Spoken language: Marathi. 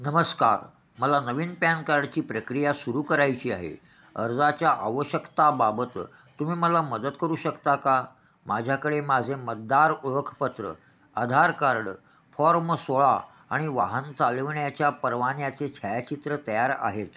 नमस्कार मला नवीन पॅन कार्डची प्रक्रिया सुरू करायची आहे अर्जाच्या आवश्यकताबाबत तुम्ही मला मदत करू शकता का माझ्याकडे माझे मतदार ओळखपत्र आधार कार्ड फॉर्म सोळा आणि वाहन चालविण्याच्या परवान्याचे छायाचित्र तयार आहेत